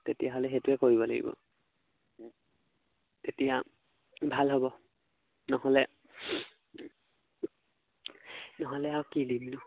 তেতিয়াহ'লে সেইটোৱে কৰিব লাগিব তেতিয়া ভাল হ'ব নহ'লে নহ'লে আৰু কি দিমনো